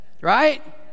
right